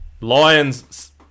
Lions